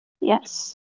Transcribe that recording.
Yes